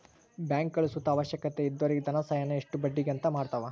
ಬ್ಯಾಂಕ್ಗುಳು ಸುತ ಅವಶ್ಯಕತೆ ಇದ್ದೊರಿಗೆ ಧನಸಹಾಯಾನ ಇಷ್ಟು ಬಡ್ಡಿಗೆ ಅಂತ ಮಾಡತವ